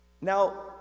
Now